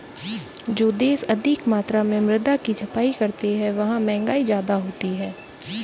जो देश अधिक मात्रा में मुद्रा की छपाई करते हैं वहां महंगाई ज्यादा होती है